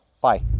Bye